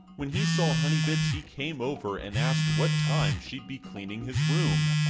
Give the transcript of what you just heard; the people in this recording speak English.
when he saw honeybits he came over and asked what time she'd be cleaning his room.